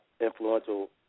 influential